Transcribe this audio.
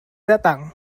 datang